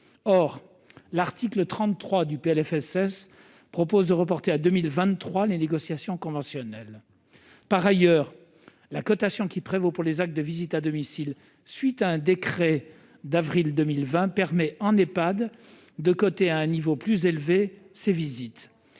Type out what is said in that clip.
or l'article 33 du PLFSS propose de reporter à 2023 les négociations conventionnelles, par ailleurs, la cotation qui prévaut pour les actes de visites à domicile, suite à un décret d'avril 2020 permet en Ephad de côté, à un niveau plus élevé ces visites,